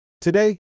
Today